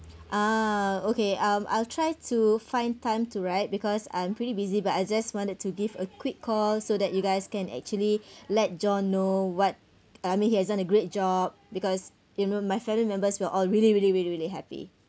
ah okay I'll I'll try to find time to write because I'm pretty busy but I just wanted to give a quick call so that you guys can actually let john know what uh I mean he has done a great job because you know my family members were all really really really really happy